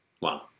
Wow